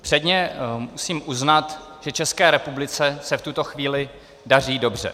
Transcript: Předně musím uznat, že České republice se v tuto chvíli daří dobře.